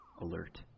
alert